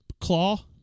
Claw